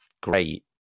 great